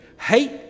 Hate